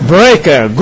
Breaker